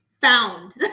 found